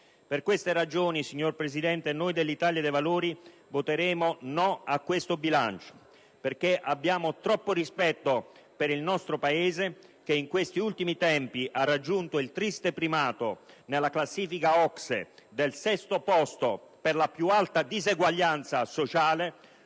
Per queste ragioni, signor Presidente, noi dell'Italia dei Valori voteremo no a questo bilancio perché abbiamo troppo rispetto per il nostro Paese, che in questi ultimi tempi ha raggiunto il triste primato nella classifica OCSE del sesto posto per la più alta disuguaglianza sociale.